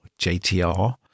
JTR